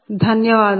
ధన్యవాదాలు